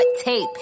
tape